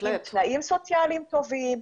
עם תנאים סוציאליים טובים,